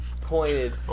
Pointed